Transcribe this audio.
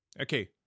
Okay